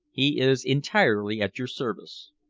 he is entirely at your service.